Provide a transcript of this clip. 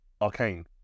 Arcane